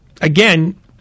again